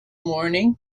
morning